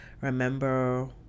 remember